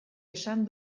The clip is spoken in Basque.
esan